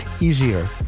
easier